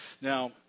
Now